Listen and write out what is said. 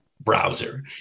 browser